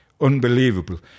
unbelievable